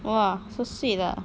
!wah! so sweet ah